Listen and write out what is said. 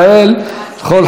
לכל חברי הכנסת.